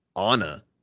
anna